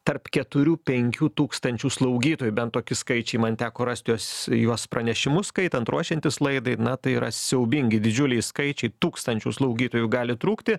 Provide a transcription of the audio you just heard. tarp keturių penkių tūkstančių slaugytojų bent toki skaičiai man teko rasti juos juos pranešimus skaitant ruošiantis laidai na tai yra siaubingi didžiuliai skaičiai tūkstančių slaugytojų gali trūkti